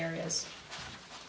areas